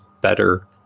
better